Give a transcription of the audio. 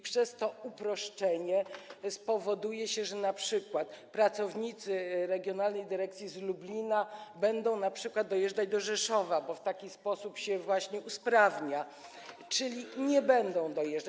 Przez to uproszczenie spowoduje się, że np. pracownicy regionalnej dyrekcji z Lublina będą dojeżdżać do Rzeszowa, bo w taki sposób się to właśnie usprawnia, czyli nie będą dojeżdżać.